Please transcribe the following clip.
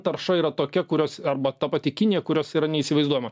tarša yra tokia kurios arba ta pati kinija kurios yra neįsivaizduojama